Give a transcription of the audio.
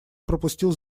пропустил